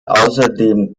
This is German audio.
außerdem